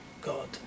God